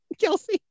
Kelsey